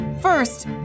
first